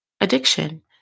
Addiction